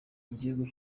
igihugu